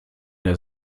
der